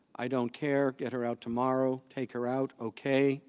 i don't care. get her out tomorrow. take her out. okay.